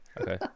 Okay